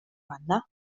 banda